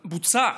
בוצע,